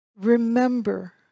remember